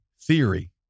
theory